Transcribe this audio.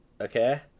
okay